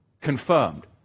Confirmed